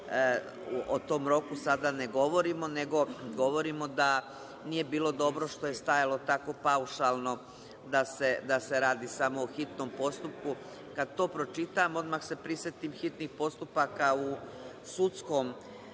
O tom roku sada ne govorimo, nego govorimo da nije bilo dobro što je stajalo tako paušalno da se radi samo u hitnom postupku. Kada to pročitam, odmah se prisetim hitnih postupaka u